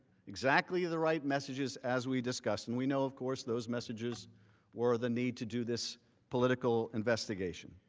exactly the right messages as we discussed. and we know, of course, those messages were the need to do this political investigation.